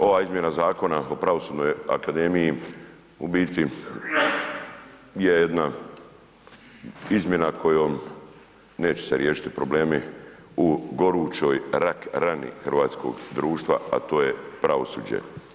Ova Izmjena zakona o Pravosudnoj akademiji u biti je jedna izmjena kojom neće se riješiti problemi u gorućoj rak rani hrvatskog društva a to je pravosuđe.